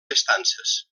estances